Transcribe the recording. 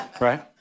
Right